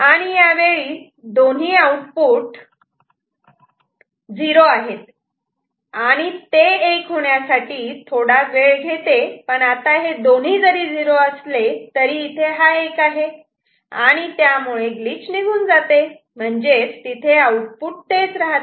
आणि यावेळी दोन्ही आउटपुट 0 आहेत आणि ते 1 होण्यासाठी थोडावेळ घेते पण आता हे दोन्ही जरी 0 असले तरी इथे हा 1 आहे आणि त्यामुळे ग्लिच निघून जाते म्हणजेच तिथे आउटपुट तेच राहते